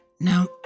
Now